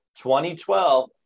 2012